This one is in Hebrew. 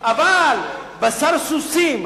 אבל בשר סוסים,